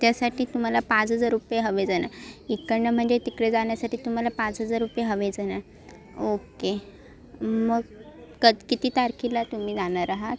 त्यासाठी तुम्हाला पाच हजार रुपये हवे झाले इकडनं म्हणजे तिकडे जाण्यासाठी तुम्हाला पाच हजार रुपये हवे झाले ओके मग कद किती तारखेला तुम्ही जाणार आहात